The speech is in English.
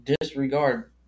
disregard